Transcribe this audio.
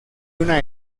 una